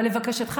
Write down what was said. אבל לבקשתך,